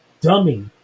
dummy